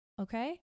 Okay